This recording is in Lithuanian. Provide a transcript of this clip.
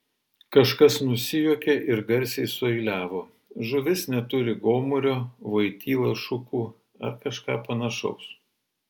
kažkas nusijuokė ir garsiai sueiliavo žuvis neturi gomurio voityla šukų ar kažką panašaus